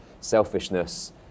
selfishness